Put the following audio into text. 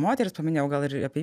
moteris paminėjau gal ir apie